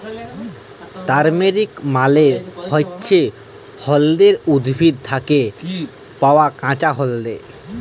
turmeric মালে হচ্যে হল্যদের উদ্ভিদ থ্যাকে পাওয়া কাঁচা হল্যদ